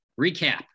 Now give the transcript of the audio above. Recap